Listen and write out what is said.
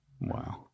Wow